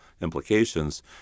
implications